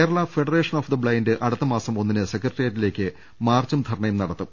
Kerala federation of the blind അടുത്ത മാസം ഒന്നിന് സെക്രട്ടേറിയേറ്റിലേക്ക് മാർച്ചും ധർണ്ണയും നടത്തും